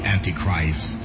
Antichrist